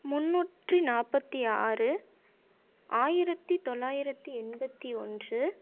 முன்னூற்றி நாப்பத்தி ஆறு ஆயிரத்தி தொள்ளாயிரத்தி எண்பத்தி ஒன்று